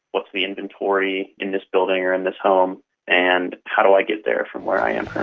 what's the inventories in this building or in this home and how do i get there from where i am